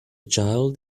child